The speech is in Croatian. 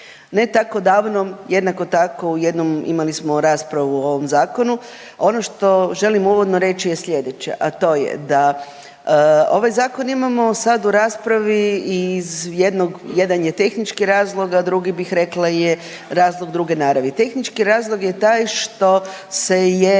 Ne tako davno jednako tako u jednom imali smo raspravu o ovom zakonu. Ono što želim uvodno reći je slijedeće. A to je da ovaj zakon imamo sad u raspravi i iz jednog jedan je tehnički razlog, a drugi bih rekla je razlog druge naravi. Tehnički razlog je taj što se je